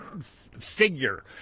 figure